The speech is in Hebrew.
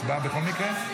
הצבעה בכל מקרה.